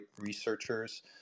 researchers